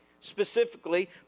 specifically